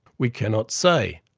we cannot say.